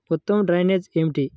ఉత్తమ డ్రైనేజ్ ఏమిటి?